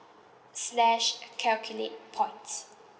slash calculate points